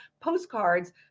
postcards